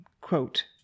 quote